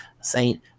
saint